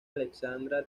alexandra